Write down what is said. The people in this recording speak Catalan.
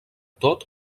tot